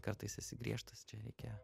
kartais esi griežtas čia reikia